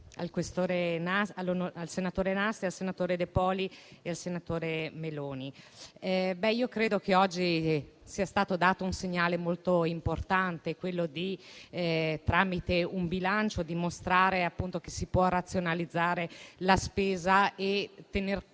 al senatore Nastri, al senatore De Poli e al senatore Meloni. Credo che oggi sia stato dato un segnale molto importante, quello di mostrare, tramite il bilancio, che si può razionalizzare la spesa e tener conto